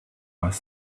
was